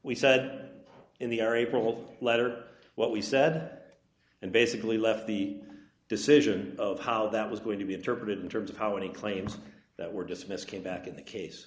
we said in the are able letter what we said and basically left the decision of how that was going to be interpreted in terms of how any claims that were dismissed came back in the case